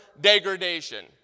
degradation